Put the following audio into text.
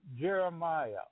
Jeremiah